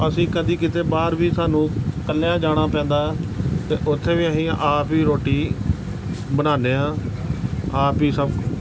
ਅਸੀਂ ਕਦੇ ਕਿਤੇ ਬਾਹਰ ਵੀ ਸਾਨੂੰ ਇਕੱਲਿਆਂ ਜਾਣਾ ਪੈਂਦਾ ਅਤੇ ਉੱਥੇ ਵੀ ਅਸੀਂ ਆਪ ਹੀ ਰੋਟੀ ਬਣਾਉਂਦੇ ਹਾਂ ਆਪ ਹੀ ਸਭ